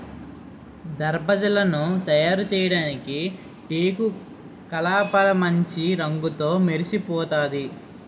దర్వాజలను తయారుచేయడానికి టేకుకలపమాంచి రంగుతో మెరిసిపోతాది